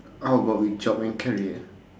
how about with job and career